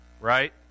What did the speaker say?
right